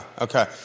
okay